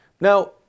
Now